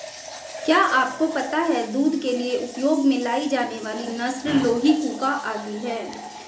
क्या आपको पता है दूध के लिए उपयोग में लाई जाने वाली नस्ल लोही, कूका आदि है?